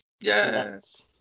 Yes